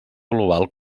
global